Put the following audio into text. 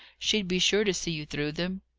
she'd be sure to see you through them.